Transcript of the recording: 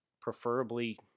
preferably